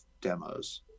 demos